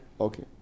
Okay